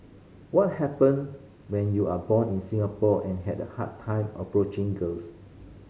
what happen when you are born in Singapore and had a hard time approaching girls